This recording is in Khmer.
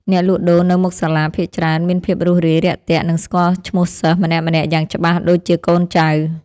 អ្នកលក់ដូរនៅមុខសាលាភាគច្រើនមានភាពរួសរាយរាក់ទាក់និងស្គាល់ឈ្មោះសិស្សម្នាក់ៗយ៉ាងច្បាស់ដូចជាកូនចៅ។